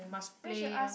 must play mah